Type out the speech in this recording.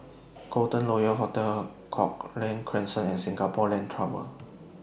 Golden Royal Hotel Cochrane Crescent and Singapore Land Tower